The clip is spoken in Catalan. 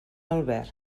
alberg